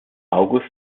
august